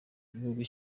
gihugu